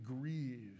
grieve